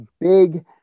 big